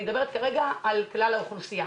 אני מדברת כרגע על כלל האוכלוסייה.